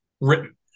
Written